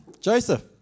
Joseph